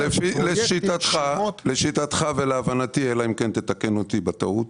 לשיטתך ולהבנתי, אלא אם כן תתקן אותי בטעות,